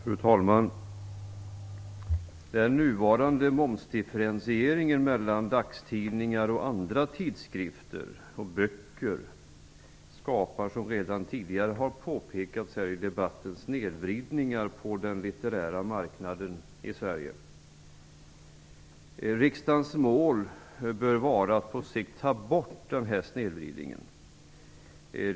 Fru talman! Den nuvarande momsdifferentieringen mellan dagstidningar, tidskrifter och böcker skapar, som redan tidigare har påpekats i debatten, snedvridningar på den litterära marknaden i Sverige. Riksdagens mål bör vara att på sikt få bort denna snedvridning.